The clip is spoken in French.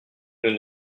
nous